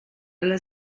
alla